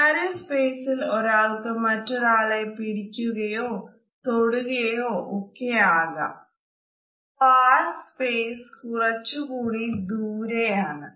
സ്വകാര്യ സ്പേസിൽ ഒരാൾക്കു മറ്റൊരാളെ പിടിക്കുകയോ തൊടുകയോ ഒക്കെ ആകാo